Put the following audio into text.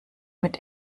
mit